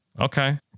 Okay